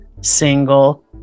single